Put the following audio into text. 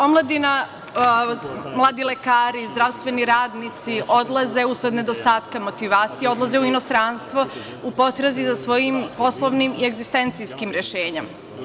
Omladina, mladi lekari, zdravstveni radnici odlaze usled nedostatka motivacije, odlaze u inostranstvo u potrazi za svojim poslovnim i egzistencijalnim rešenjem.